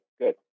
good